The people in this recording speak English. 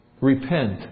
Repent